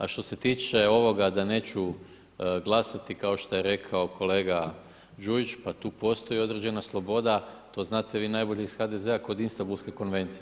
A što se tiče ovoga da neću glasati kao što je rekao kolega Đuić, pa tu postoji određena sloboda, to znate vi najbolje iz HDZ-a kod Istanbulske konvencije.